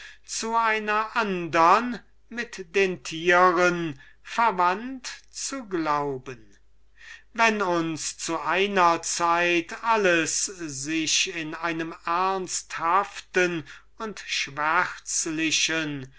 zu einer andern mit den tieren verwandt zu glauben wenn uns zu einer zeit alles sich in einem ernsthaften und